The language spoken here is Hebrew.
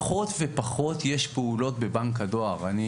פחות ופחות יש פעולות בבנק הדואר.